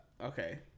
okay